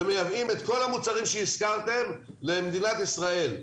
ומייבאים את כל המוצרים שהזכרתם למדינת ישראל.